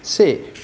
से